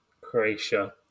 Croatia